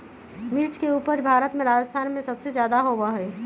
मिर्च के उपज भारत में राजस्थान में सबसे ज्यादा होबा हई